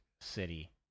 city